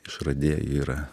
išradėjų yra